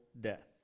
death